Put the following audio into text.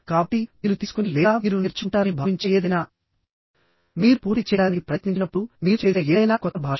కాబట్టి మీరు తీసుకునే లేదా మీరు నేర్చుకుంటారని భావించే ఏదైనా మీరు పూర్తి చేయడానికి ప్రయత్నించినప్పుడు మీరు చేసే ఏదైనా కొత్త భాష